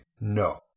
no